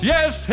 Yes